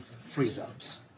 freeze-ups